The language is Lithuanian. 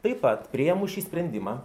taip pat priėmus šį sprendimą